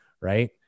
right